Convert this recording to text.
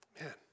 Man